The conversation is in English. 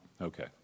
Okay